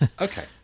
Okay